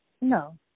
No